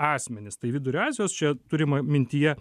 asmenys tai vidurio azijos čia turima mintyje